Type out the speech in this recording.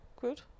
Good